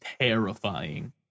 terrifying